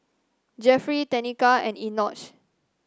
Jeffery Tenika and Enoch